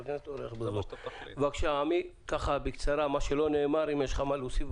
אני ממרכז המידע והמחקר של הכנסת.